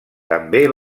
també